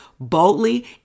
Boldly